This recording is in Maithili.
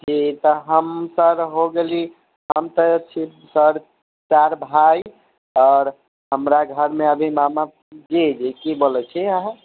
जी त सर हम होगेलिये हम त छी सर चारि भाइ और हमराघरमे अभि मामा जी जी कि बोलै छियै अहाँ